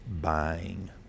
buying